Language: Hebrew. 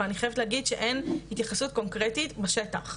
אבל אני חייבת להגיד שאין התייחסות קונקרטית בשטח.